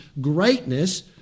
greatness